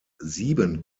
sieben